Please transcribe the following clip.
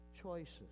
choices